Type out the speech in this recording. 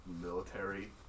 military